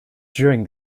during